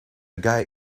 guy